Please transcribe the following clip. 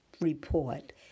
report